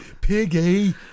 piggy